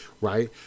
Right